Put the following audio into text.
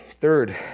third